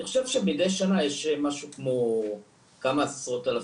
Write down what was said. אני חושב שמדי שנה יש משהו כמו כמה עשרות אלפים.